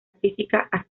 física